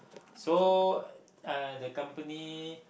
so uh the company